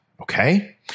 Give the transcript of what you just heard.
Okay